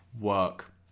work